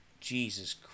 Jesus